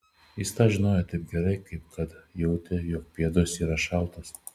jis tą žinojo taip gerai kaip kad jautė jog pėdos yra šaltos